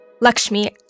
Lakshmi